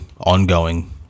ongoing